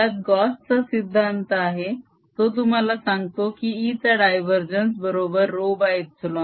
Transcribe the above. त्यात गॉस चा सिद्धांत आहे Gauss's law तो तुम्हाला सांगतो की E चा डायवरजेन्स बरोबर ρε0